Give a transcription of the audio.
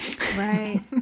Right